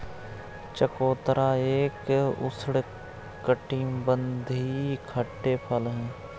चकोतरा एक उष्णकटिबंधीय खट्टे फल है